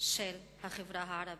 של החברה הערבית.